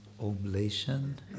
oblation